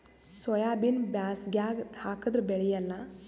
ಸೋಯಾಬಿನ ಬ್ಯಾಸಗ್ಯಾಗ ಹಾಕದರ ಬೆಳಿಯಲ್ಲಾ?